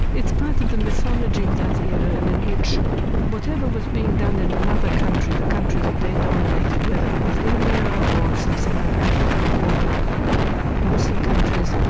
it's part of the mythology of that era and in which whatever was being done in another country, the countries that they dominated, whether it was india or sub-saharan africa or the muslim countries,